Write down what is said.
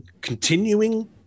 continuing